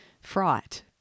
fraught